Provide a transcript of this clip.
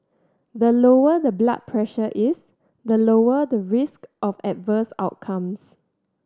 the lower the blood pressure is the lower the risk of adverse outcomes